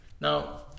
now